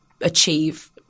achieve